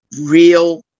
real